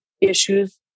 issues